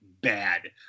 bad